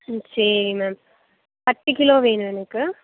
ம் சரி மேம் பத்து கிலோ வேணும் எனக்கு